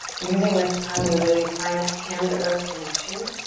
using this time to really find that hand-to-earth connection.